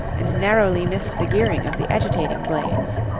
and narrowly missed the gearing of the agitating-blades.